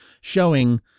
showing